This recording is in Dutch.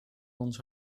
ons